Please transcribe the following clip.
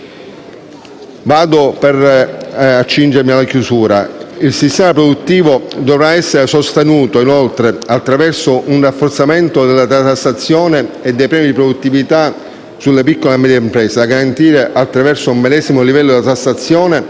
Il sistema produttivo dovrà essere sostenuto attraverso un rafforzamento della detassazione e dei premi di produttività sulle piccole e medie imprese, da garantire attraverso un medesimo livello di tassazione